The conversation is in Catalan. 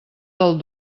del